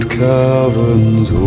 caverns